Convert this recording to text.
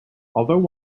although